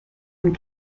and